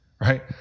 Right